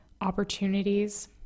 opportunities